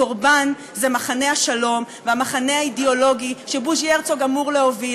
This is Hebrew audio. הקורבן זה מחנה השלום והמחנה האידיאולוגי שבוז'י הרצוג אמור להוביל,